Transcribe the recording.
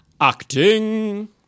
acting